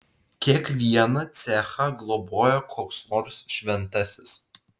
kiekvieną cechą globojo koks nors šventasis